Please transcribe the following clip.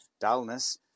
dullness